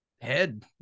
head